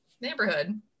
neighborhood